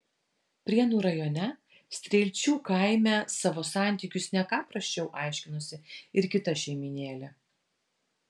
prienų rajone strielčių kaime savo santykius ne ką prasčiau aiškinosi ir kita šeimynėlė